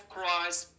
Christ